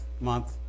month